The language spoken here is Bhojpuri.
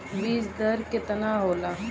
बीज दर केतना होला?